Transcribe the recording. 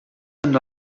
and